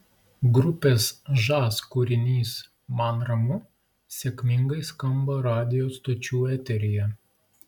grupės žas kūrinys man ramu sėkmingai skamba radijo stočių eteryje